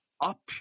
up